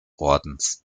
ordens